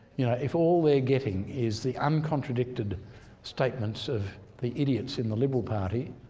you know if all they're getting is the uncontradicted statements of the idiots in the liberal party